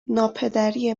ناپدری